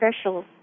special